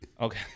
Okay